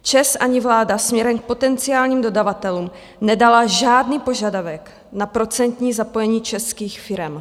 ČEZ ani vláda směrem k potenciálním dodavatelům nedala žádný požadavek na procentní zapojení českých firem.